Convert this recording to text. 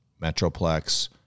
Metroplex